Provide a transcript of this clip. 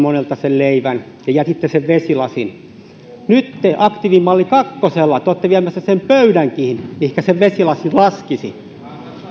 leivän ja jätitte vesilasin nyt te aktiivimalli kakkosella olette viemässä sen pöydänkin millekä sen vesilasin laskisi